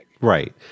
Right